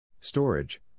storage